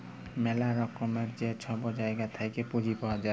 ম্যালা রকমের যে ছব জায়গা থ্যাইকে পুঁজি পাউয়া যায়